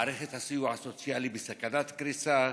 מערכת הסיוע הסוציאלי בסכנת קריסה,